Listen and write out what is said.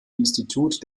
institut